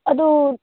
ꯑꯗꯣ